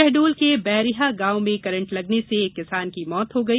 शहडोल के बैरिहा गांव में करेंट लगने से एक किसान की मौत हो गई